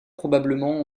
probablement